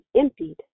emptied